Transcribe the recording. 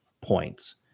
points